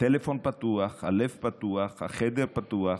הטלפון פתוח, הלב פתוח, החדר פתוח.